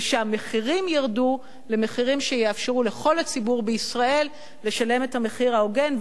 ושהמחירים ירדו למחירים שיאפשרו לכל הציבור בישראל לשלם את המחיר ההוגן,